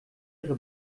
ihre